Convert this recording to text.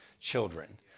children